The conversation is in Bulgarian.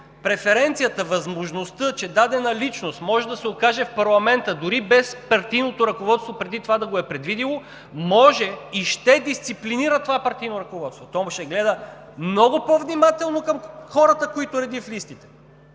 Преференцията, възможността, че дадена личност може да се окаже в парламента, дори без преди това партийното ръководство да го е предвидило, може и ще дисциплинира това партийно ръководство. То ще гледа много по-внимателно към хората, които реди в листите.